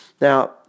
Now